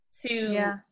to-